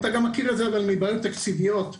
אתה מכיר אותו גם מבעיות תקציביות ומינהלתיות.